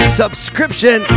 subscription